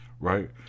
right